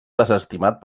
desestimat